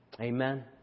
Amen